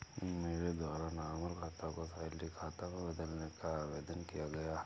मेरे द्वारा नॉर्मल खाता को सैलरी खाता में बदलने का आवेदन दिया गया